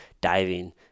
diving